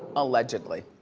allegedly.